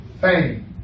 fame